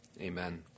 Amen